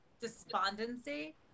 despondency